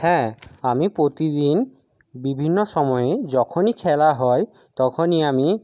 হ্যাঁ আমি প্রতিদিন বিভিন্ন সময়ে যখনই খেলা হয় তখনই আমি